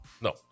No